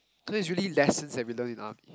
so that's really lessons that we learn in army